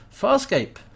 Farscape